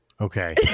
okay